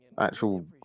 Actual